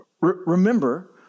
Remember